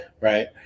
Right